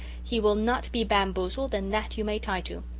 he will not be bamboozled and that you may tie to.